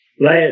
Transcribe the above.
last